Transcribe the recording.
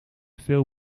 veel